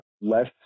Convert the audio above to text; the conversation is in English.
less